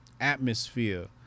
atmosphere